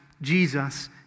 Jesus